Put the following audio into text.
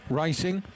racing